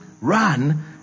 Run